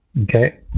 Okay